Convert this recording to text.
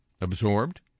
absorbed